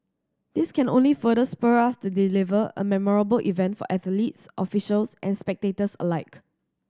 this can only further spur us to deliver a memorable event for athletes officials and spectators alike